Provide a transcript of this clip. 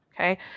Okay